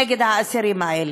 נגד האסירים האלה.